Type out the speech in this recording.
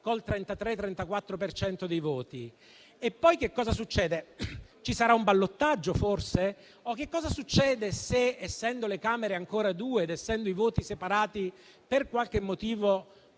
per cento dei voti? E poi cosa succede? Ci sarà un ballottaggio, forse? E cosa succede se, essendo le Camere ancora due ed essendo i voti separati, per qualche motivo